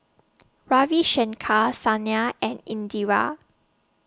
Ravi Shankar Sanal and Indira